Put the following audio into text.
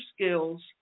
skills